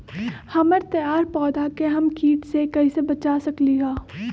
हमर तैयार पौधा के हम किट से कैसे बचा सकलि ह?